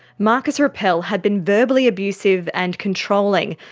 marcus rappel had been verbally abusive and controlling,